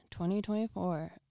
2024